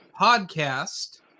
podcast